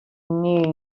knew